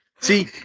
see